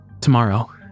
Tomorrow